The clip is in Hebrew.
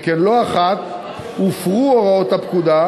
שכן לא אחת הופרו הוראות הפקודה,